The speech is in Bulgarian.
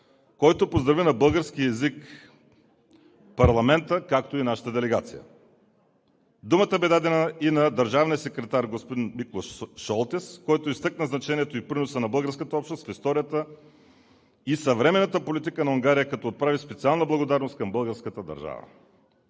който поздрави на български език парламента и нашата делегация. Думата бе дадена и на държавния секретар господин Миклош Шолтес, който изтъкна значението и приноса на българската общност за историята и за съвременната политика на Унгария, като отправи специална благодарност към българската държава.